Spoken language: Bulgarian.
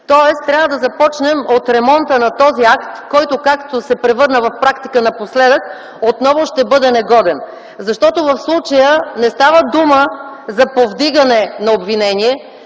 Тоест трябва да започнем от ремонта на този акт, който, както се превърна в практика напоследък, отново ще бъде негоден, защото в случая не става дума за повдигане на обвинение.